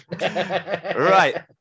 Right